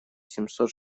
семьсот